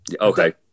Okay